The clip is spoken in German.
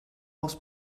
aus